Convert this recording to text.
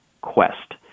quest